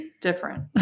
Different